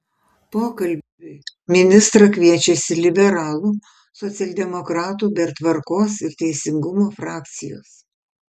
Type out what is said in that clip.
pokalbiui ministrą kviečiasi liberalų socialdemokratų bei tvarkos ir teisingumo frakcijos